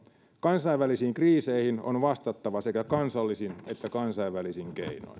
kansainvälisiin kriiseihin on vastattava sekä kansallisin että kansainvälisin keinoin